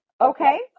Okay